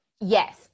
yes